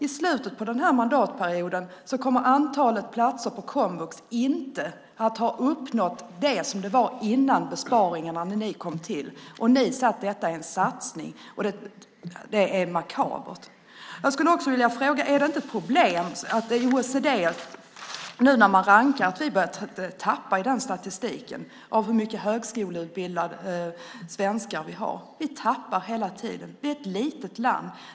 I slutet på mandatperioden kommer antalet komvuxplatser inte att ha nått upp till det som det var före besparingarna när ni kom till makten. Ni säger att detta är en satsning. Det är makabert. Är det inte ett problem när OECD nu rankar att vi börjar tappa i statistiken över hur många högskoleutbildade svenskar vi har? Vi tappar hela tiden. Sverige är ett litet land.